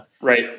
Right